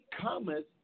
cometh